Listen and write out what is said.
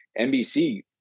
NBC